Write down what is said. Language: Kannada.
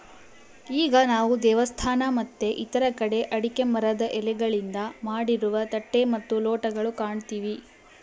ಈಗ ನಾವು ದೇವಸ್ಥಾನ ಮತ್ತೆ ಇತರ ಕಡೆ ಅಡಿಕೆ ಮರದ ಎಲೆಗಳಿಂದ ಮಾಡಿರುವ ತಟ್ಟೆ ಮತ್ತು ಲೋಟಗಳು ಕಾಣ್ತಿವಿ